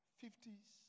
fifties